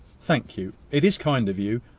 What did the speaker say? thank you. it is kind of you.